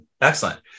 excellent